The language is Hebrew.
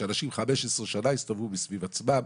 שאנשים 15 שנה הסתובבו סביב עצמם,